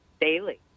daily